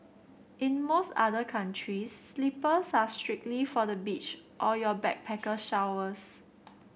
in most other countries slippers are strictly for the beach or your backpacker showers